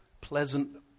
pleasant